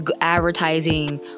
advertising